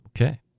okay